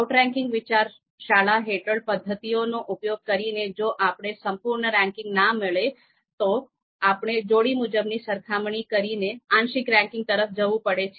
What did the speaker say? outranking વિચાર શાળા હેઠળ પદ્ધતિઓનો ઉપયોગ કરીને જો આપણે સંપૂર્ણ રેન્કિંગ ન મળે તો આપણે જોડી મુજબની સરખામણી કરીને આંશિક રેન્કિંગ તરફ જવું પડે છે